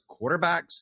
quarterbacks